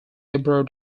abroad